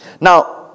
Now